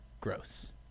Gross